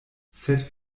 sed